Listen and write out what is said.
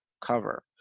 cover